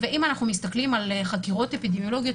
ואם אנחנו מסתכלים על חקירות אפידמיולוגיות,